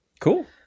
Cool